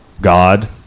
God